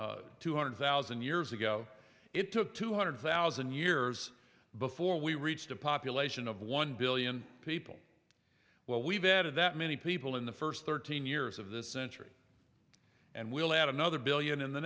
form two hundred thousand years ago it took two hundred thousand years before we reached a population of one billion people well we've added that many people in the first thirteen years of this century and we'll add another billion in the